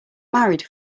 married